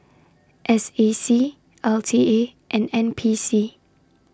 S A C L T A and N P C